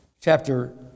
Chapter